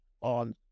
on